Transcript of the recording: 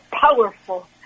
powerful